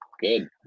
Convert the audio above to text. Good